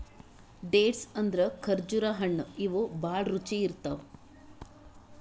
dates ಅಂದ್ರ ಖರ್ಜುರ್ ಹಣ್ಣ್ ಇವ್ ಭಾಳ್ ರುಚಿ ಇರ್ತವ್